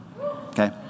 okay